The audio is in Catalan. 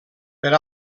per